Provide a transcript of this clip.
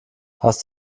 hast